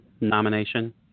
nomination